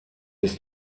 ist